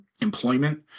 employment